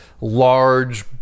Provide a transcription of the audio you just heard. large